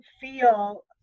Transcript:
feel